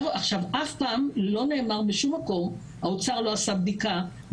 אף פעם לא נאמר בשום מקום האוצר לא עשה בדיקה,